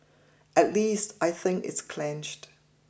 at least I think it's clenched